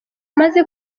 maze